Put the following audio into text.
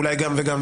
אולי גם וגם,